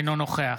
אינו נוכח